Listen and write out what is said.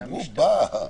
דיברו --- אוקיי,